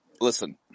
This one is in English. Listen